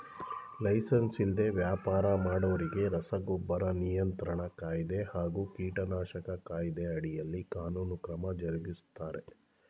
licence ಇಲ್ದೆ ವ್ಯಾಪರ ಮಾಡೋರಿಗೆ ರಸಗೊಬ್ಬರ ನಿಯಂತ್ರಣ ಕಾಯ್ದೆ ಹಾಗೂ ಕೀಟನಾಶಕ ಕಾಯ್ದೆ ಅಡಿಯಲ್ಲಿ ಕಾನೂನು ಕ್ರಮ ಜರುಗಿಸ್ತಾರೆ